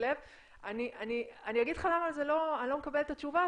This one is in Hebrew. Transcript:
אני לא מומחית בזה.